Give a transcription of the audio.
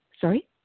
Sorry